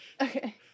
Okay